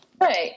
Right